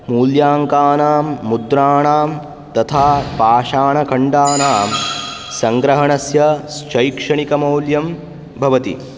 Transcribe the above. मूल्याङ्कानां मुद्राणां तथा पाषाणखण्डानां सङ्ग्रहणस्य शैक्षणिकमौल्यं भवति